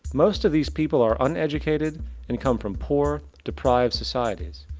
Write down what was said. most of these people are uneducated and come from poor, deprived societies.